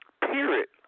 period